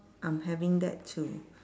I'm having that too